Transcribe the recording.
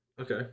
Okay